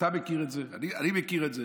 אתה מכיר את זה, אני מכיר את זה,